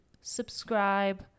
subscribe